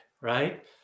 right